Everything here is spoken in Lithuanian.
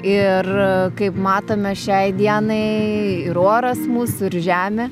ir kaip matome šiai dienai ir oras mūsų ir žemė